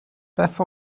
beth